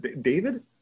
David